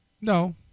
No